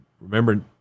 Remember